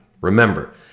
Remember